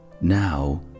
Now